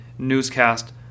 Newscast